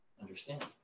understand